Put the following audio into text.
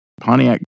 Pontiac